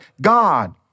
God